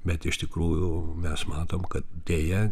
bet iš tikrųjų mes matom kad deja